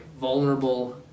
vulnerable